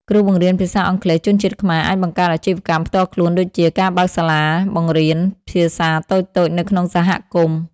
គ្រូបង្រៀនភាសាអង់គ្លេសជនជាតិខ្មែរអាចបង្កើតអាជីវកម្មផ្ទាល់ខ្លួនដូចជា ការបើកសាលាបង្រៀនភាសាតូចៗនៅក្នុងសហគមន៍។